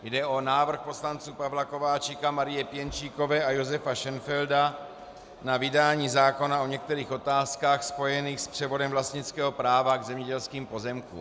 Jde o návrh poslanců Pavla Kováčika, Marie Pěnčíkové a Josefa Šenfelda na vydání zákona o některých otázkách spojených s převodem vlastnického práva k zemědělským pozemkům.